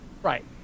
Right